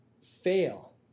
fail